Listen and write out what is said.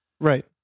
Right